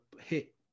hit